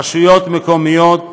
רשויות מקומיות,